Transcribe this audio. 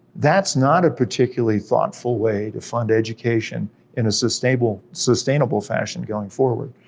that's not a particularly thoughtful way to fund education in a sustainable sustainable fashion going forward.